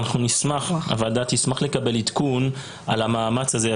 הוועדה תשמח לקבל עדכון על המאמץ הזה.